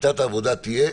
שיטת העבודה תהיה: